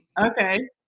Okay